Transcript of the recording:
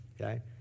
okay